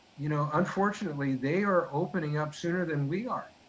you know, unfortunately they are opening up sooner than we are,